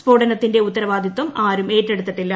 സ്ഫോടനത്തിന്റെ ഉത്തരവാദിത്വം ആരും ഏറ്റെടുത്തിട്ടില്ല